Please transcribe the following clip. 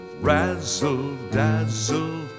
razzle-dazzle